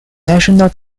national